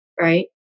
right